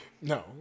no